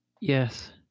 Yes